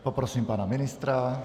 Poprosím pana ministra.